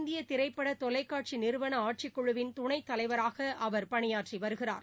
இந்தியதிரைப்படதொலைக்காட்சிநிறுவனஆட்சிக் தற்போது குழுவின் துணைத்தலைவராகஅவர் பணியாற்றிவருகிறார்